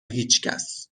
هیچکس